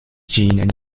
gene